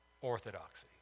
orthodoxy